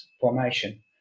formation